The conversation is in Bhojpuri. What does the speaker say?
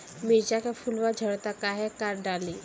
मिरचा के फुलवा झड़ता काहे का डाली?